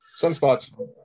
sunspots